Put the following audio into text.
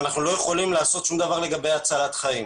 אנחנו לא יכולים לעשות שום דבר לגבי הצלת חיים.